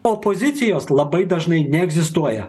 opozicijos labai dažnai neegzistuoja